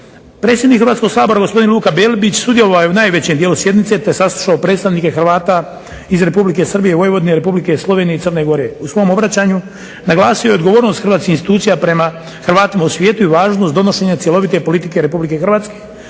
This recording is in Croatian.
Predsjednik Hrvatskog sabora gospodin Luka Bebić sudjelovao je u najvećem dijelu sjednice te saslušao predstavnike Hrvata iz Republike Srbije, Vojvodine, Republike Slovenije i Crne Gore. U svom obraćanju naglasio je odgovornost hrvatskih institucija prema Hrvatima u svijetu i važnost donošenja cjelovite politike Republike Hrvatske,